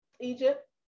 Egypt